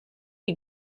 bir